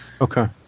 Okay